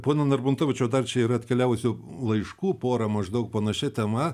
pone narbuntovičiau dar čia yra atkeliavusių laiškų pora maždaug panašia tema